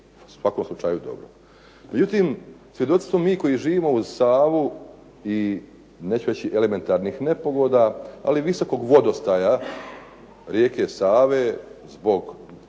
svakom slučaju dobro. Međutim, svjedoci smo mi koji živimo mi uz Savu i neću reći elementarnih nepogoda ali visokog vodostaja rijeke Save zbog